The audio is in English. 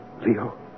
Leo